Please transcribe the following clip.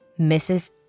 Mrs